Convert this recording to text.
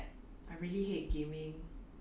打游戏的人 ah